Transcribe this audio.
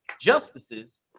justices